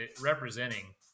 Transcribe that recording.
representing